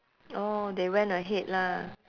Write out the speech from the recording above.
orh they went ahead lah